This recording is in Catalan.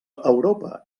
europa